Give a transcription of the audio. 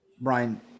Brian –